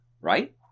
right